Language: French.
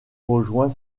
rejoint